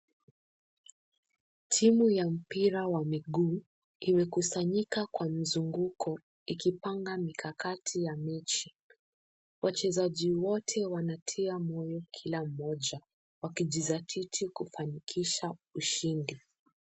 Timu ya mpira wa mguu imekusanyika kwa mzunguko ikipanga mikakati ya mechi. Wachezaji wote wanatia moyo kila mmoja wakijizatiti kufanikisha ushindi.